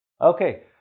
Okay